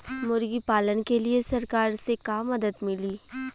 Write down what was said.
मुर्गी पालन के लीए सरकार से का मदद मिली?